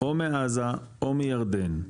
או מעזה או מירדן,